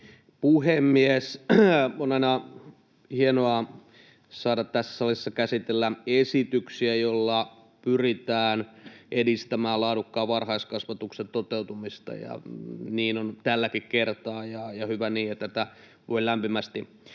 puhemies! On aina hienoa saada tässä salissa käsitellä esityksiä, joilla pyritään edistämään laadukkaan varhaiskasvatuksen toteutumista, ja niin on tälläkin kertaa, ja hyvä niin, ja tätä voi lämpimästi kannattaa.